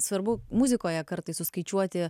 svarbu muzikoje kartais suskaičiuoti